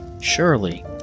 Surely